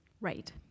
Right